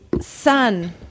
son